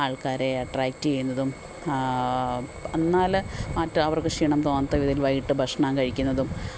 ആള്ക്കാരെ അട്ട്രാക്റ്റെയ്യുന്നതും എന്നാല് മറ്റ അവര്ക്ക് ക്ഷീണം തോന്നാത്ത രീതിയില് വൈകീട്ട് ഭക്ഷണം കഴിക്കുന്നതും